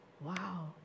Wow